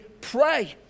pray